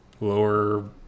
lower